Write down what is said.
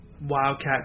wildcat